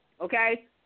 okay